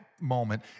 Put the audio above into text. moment